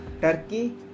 Turkey